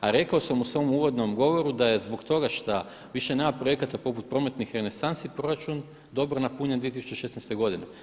A rekao sam u svom uvodnom govoru da je zbog toga šta više nema projekata poput prometnih renesansi proračun dobro napunjen 2016. godine.